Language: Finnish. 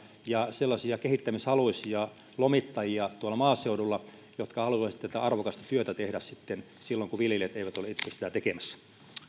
ja sellaisia kehittymishaluisia lomittajia tuolla maaseudulla jotka haluaisivat tätä arvokasta työtä tehdä sitten silloin kun viljelijät eivät ole itse sitä tekemässä